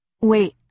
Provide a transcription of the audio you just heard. Wait